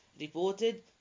reported